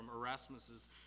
Erasmus's